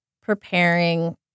preparing